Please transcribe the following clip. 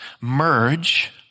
merge